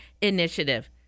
initiative